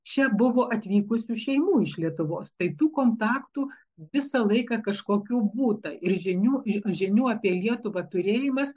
čia buvo atvykusių šeimų iš lietuvos tai tų kontaktų visą laiką kažkokių būta ir žinių ir žinių apie lietuvą turėjimas